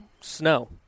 snow